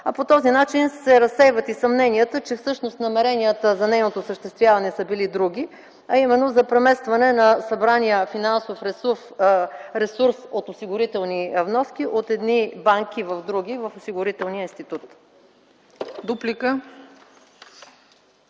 а по този начин се разсейват и съмненията, че всъщност намеренията за нейното осъществяване са били други, а именно за преместване на събрания финансов ресурс от осигурителни вноски от едни банки в други в Осигурителния институт.